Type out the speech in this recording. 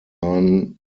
earn